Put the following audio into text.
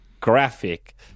graphic